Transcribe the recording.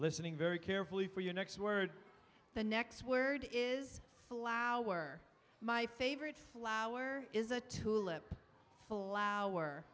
listening very carefully for your next word the next word is flower my favorite flower is a tulip full hour